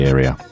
Area